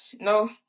no